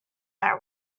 are